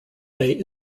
day